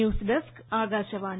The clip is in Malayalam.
news desk Akashvani